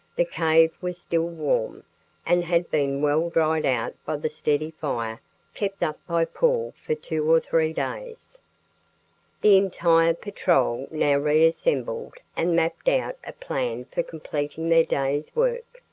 the cave was still warm and had been well dried out by the steady fire kept up by paul for two or three days. the entire patrol now reassembled and mapped out a plan for completing their day's work.